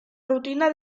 rutina